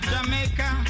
Jamaica